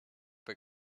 bei